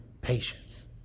patience